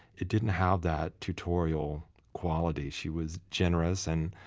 it didn't have that tutorial quality. she was generous. and